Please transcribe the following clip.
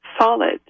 solid